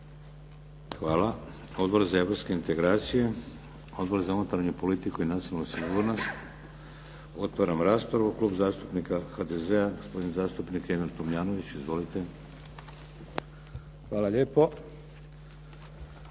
Hvala. Odbor za europske integracije? Odbor za unutarnju politiku i nacionalnu sigurnost? Otvaram raspravu. Klub zastupnika HDZ-a, gospodin zastupnik Emil Tomljanović. Izvolite. **Tomljanović,